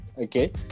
okay